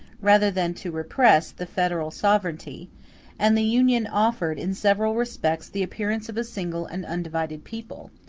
rather than to repress, the federal sovereignty and the union offered, in several respects, the appearance of a single and undivided people,